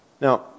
Now